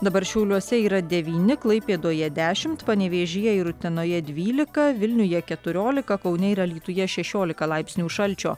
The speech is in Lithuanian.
dabar šiauliuose yra devyni klaipėdoje dešimt panevėžyje ir utenoje dvylika vilniuje keturiolika kaune ir alytuje šešiolika laipsnių šalčio